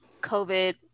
COVID